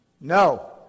No